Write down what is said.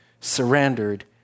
surrendered